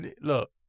Look